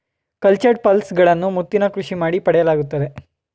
cultured pearls ಗಳನ್ನು ಮುತ್ತಿನ ಕೃಷಿ ಮಾಡಿ ಪಡೆಯಲಾಗುತ್ತದೆ